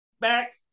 back